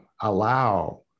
allow